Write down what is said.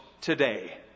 today